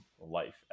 life